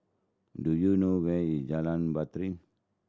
do you know where is Jalan Batai